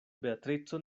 beatrico